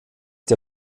der